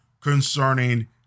concerning